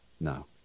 No